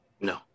No